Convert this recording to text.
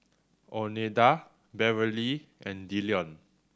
Oneida Beverly and Dillon